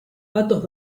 patos